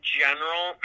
general